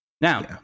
Now